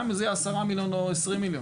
גם אם זה יהיה 10 מיליון או 20 מיליון.